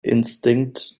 instinct